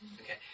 Okay